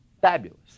Fabulous